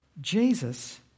Jesus